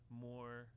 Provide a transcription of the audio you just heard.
more